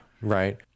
Right